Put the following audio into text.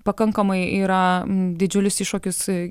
pakankamai yra didžiulis iššūkis